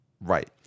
Right